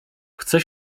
chcę